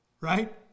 Right